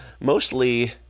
mostly